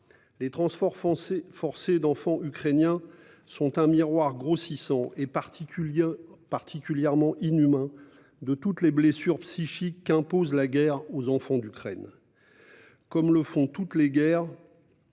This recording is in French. Les transferts forcés d'enfants ukrainiens sont le miroir grossissant, et particulièrement inhumain, de toutes les blessures psychiques qu'impose la guerre aux enfants d'Ukraine ; les enfants en sont